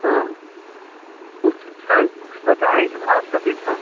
हाँ कुछ उसका कुछ बताएँगे भाव तभी तो